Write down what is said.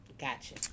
Gotcha